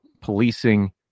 policing